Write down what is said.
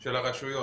של הרשויות.